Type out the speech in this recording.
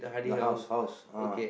the house house ah